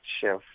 chef